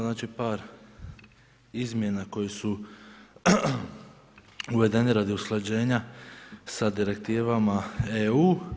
Znači par izmjena koje su uvedene radi usklađenja sa direktivama EU.